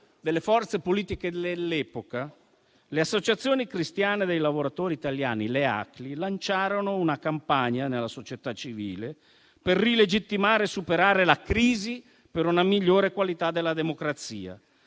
delle forze politiche dell'epoca, le Associazioni cristiane dei lavoratori italiani (ACLI) lanciarono una campagna nella società civile per rilegittimare e superare la crisi, per una migliore qualità della democrazia.